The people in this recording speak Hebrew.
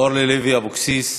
אורלי לוי אבקסיס.